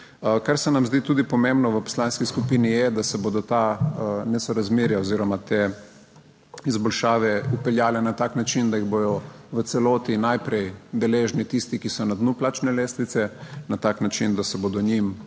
Kar se nam zdi tudi pomembno v poslanski skupini, je, da se bodo ta nesorazmerja oziroma te izboljšave vpeljale na tak način, da jih bodo v celoti najprej deležni tisti, ki so na dnu plačne lestvice, na tak način, da se bodo njim